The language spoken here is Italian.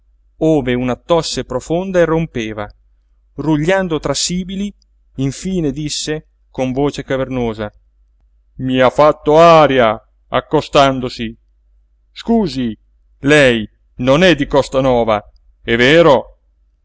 ove una tosse profonda irrompeva rugliando tra sibili infine disse con voce cavernosa i ha fatto aria accostandosi scusi lei non è di costanova è vero